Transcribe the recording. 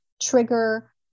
trigger